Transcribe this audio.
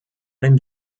dem